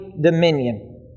dominion